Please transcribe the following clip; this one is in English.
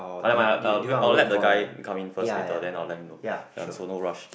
ah never mind I'll I'll wait I will let the guy come in first later then I will let him know so no rush